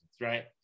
right